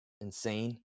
insane